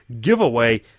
giveaway